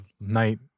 night